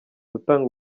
gutanga